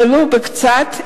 ולו במקצת,